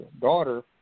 daughter